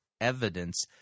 evidence